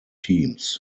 teams